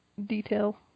detail